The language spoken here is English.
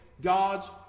God's